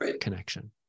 connection